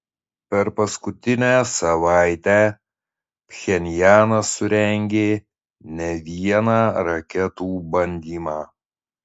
per paskutinę savaitę pchenjanas surengė ne vieną raketų bandymą